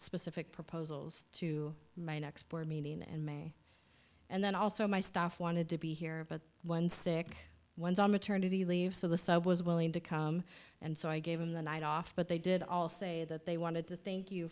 specific proposals to my next board meeting and man and then also my staff wanted to be here but one sick ones on maternity leave so this i was willing to come and so i gave him the night off but they did all say that they wanted to thank you